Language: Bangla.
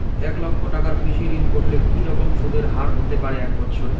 এক লক্ষ টাকার কৃষি ঋণ করলে কি রকম সুদের হারহতে পারে এক বৎসরে?